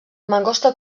mangosta